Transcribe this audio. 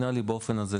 באופן הזה,